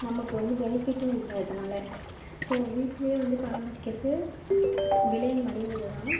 நமக்கு வந்து பெனிஃபிட்டும் இல்லை அதனால ஸோ வீட்லேயே வந்து பராமரிக்கிறது விலை மலிந்ததுதான்